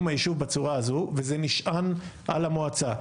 היישוב בצורה הזו וזה נשאר על המועצה.